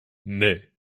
nee